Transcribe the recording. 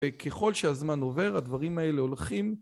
וככל שהזמן עובר הדברים האלה הולכים